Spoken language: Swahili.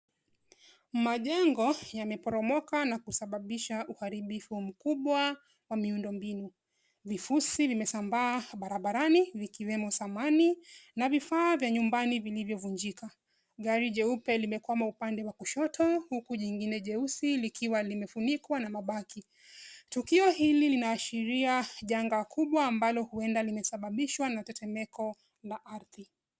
Majengo yameporomoka na kusababisha uharibifu mkubwa wa miundo mbinu. Vifusi vimesambaa barabarani ikiwemo samani, vifaa vya nyumbani vilivyovunjika. Gari jeupe limekwama upande wa kushoto huko lingine jeusi likiwa limefunikwa na mabaki. Tukio hili linaashiria janga kubwa ambalo huenda limesababishwa na tetemeko la ardhi.